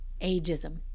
ageism